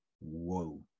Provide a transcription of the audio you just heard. Whoa